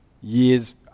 years